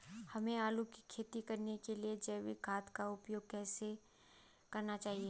हमें आलू की खेती करने के लिए जैविक खाद का उपयोग कैसे करना चाहिए?